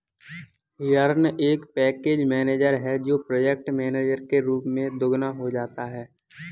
yarn एक package manager है जो प्रोजेक्ट मैनेजर के रूप में दोगुना हो जाता है